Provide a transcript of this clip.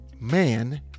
man